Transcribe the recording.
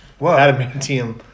Adamantium